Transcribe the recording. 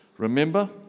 Remember